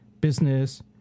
business